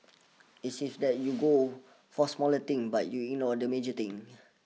it seems that you go for smaller thing but you ignore the major things